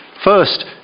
First